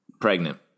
Pregnant